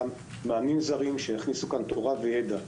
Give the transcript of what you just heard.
מאמנים זרים שיכניסו כאן תורה וידע.